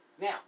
now